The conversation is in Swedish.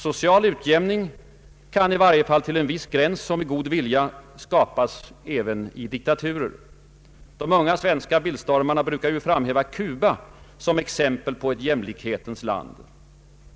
Social utjämning kan, i varje fall till en viss gräns och med god vilja, skapas även i diktaturer. De unga svenska bildstormarna brukar ju framhäva Cuba som exempel på ett jämlikhetens land.